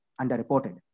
underreported